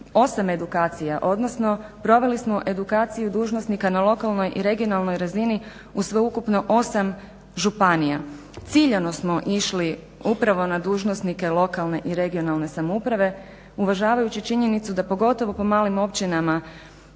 8 edukacija, odnosno proveli smo edukaciju dužnosnika na lokalnoj i regionalnoj razini u sveukupno 8 županija. Ciljano smo išli upravo na dužnosnike lokalne i regionalne samouprave uvažavajući činjenicu da pogotovo po malim općinama